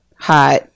hot